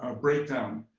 ah breakdown.